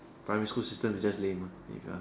primary school system is just lame uh if you ask me